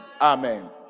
Amen